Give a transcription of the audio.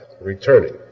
returning